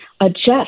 adjust